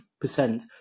percent